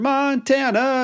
Montana